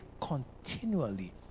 continually